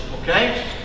okay